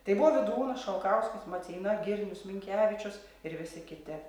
tai buvo vydūnas šalkauskis maceina girnius minkevičius ir visi kiti